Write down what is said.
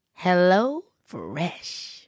HelloFresh